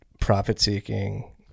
profit-seeking